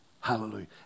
Hallelujah